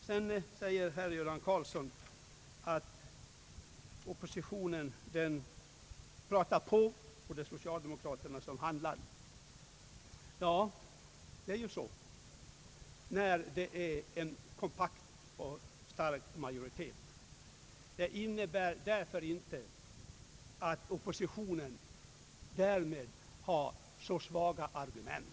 Herr Göran Karlsson säger att oppositionen pratar på och att det är socialdemokraterna som handlar. Ja, det är ju så när det är en kompakt och stark majoritet. Det innebär inte att oppositionen därför har så svaga argument.